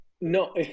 No